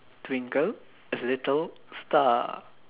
twinkle little star